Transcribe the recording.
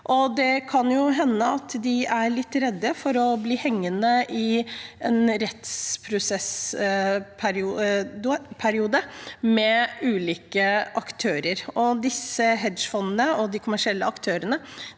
Det kan jo hende de er litt redde for å bli hengende i en rettsprosessperiode med ulike aktører, for disse hedgefondene og de kommersielle aktørene